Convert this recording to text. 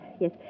yes